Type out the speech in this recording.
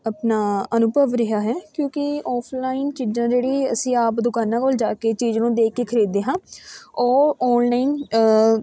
ਆਪਣਾ ਅਨੁਭਵ ਰਿਹਾ ਹੈ ਕਿਉਂਕਿ ਆਫਲਾਈਨ ਚੀਜ਼ਾਂ ਜਿਹੜੀ ਅਸੀਂ ਆਪ ਦੁਕਾਨਾਂ ਕੋਲ ਜਾ ਕੇ ਚੀਜ਼ ਨੂੰ ਦੇਖ ਕੇ ਖਰੀਦੇ ਹਾਂ ਉਹ ਆਨਲਾਈਨ